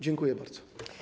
Dziękuję bardzo.